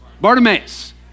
Bartimaeus